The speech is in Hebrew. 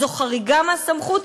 זו חריגה מהסמכות.